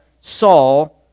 Saul